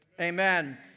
amen